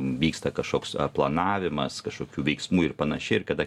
vyksta kažkoks planavimas kažkokių veiksmų ir panašiai ir kada